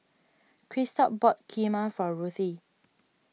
Christop bought Kheema for Ruthe